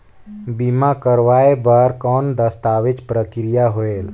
बीमा करवाय बार कौन दस्तावेज प्रक्रिया होएल?